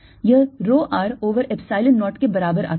यह rho r over epsilon 0 के बराबर आता है